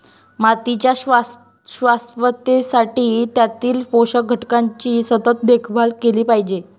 मातीच्या शाश्वततेसाठी त्यातील पोषक घटकांची सतत देखभाल केली पाहिजे